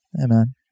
Amen